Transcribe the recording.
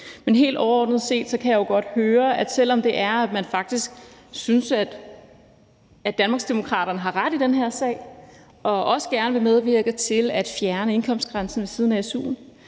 dag. Helt overordnet set kan jeg jo godt høre, at selv om man faktisk synes, at Danmarksdemokraterne har ret i den her sag, og man også gerne vil medvirke til at fjerne grænsen for indkomst ved siden af su'en,